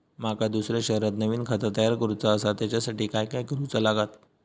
माका दुसऱ्या शहरात नवीन खाता तयार करूचा असा त्याच्यासाठी काय काय करू चा लागात?